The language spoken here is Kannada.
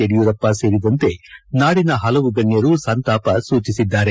ಯಡಿಯೂರಪ್ಪ ಸೇರಿದಂತೆ ನಾಡಿನ ಹಲವು ಗಣ್ಯರು ಸಂತಾಪ ಸೂಚಿಸಿದ್ದಾರೆ